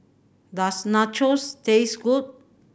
does Nachos taste good